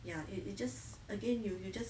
ya it it just again you you just